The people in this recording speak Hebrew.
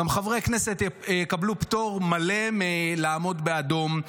חברי הכנסת גם יקבלו פטור מלא מלעמוד באדום.